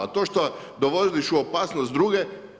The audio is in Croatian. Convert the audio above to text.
A to što dovodiš u opasnost druge?